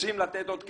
רוצים לתת עוד כסף?